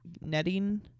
netting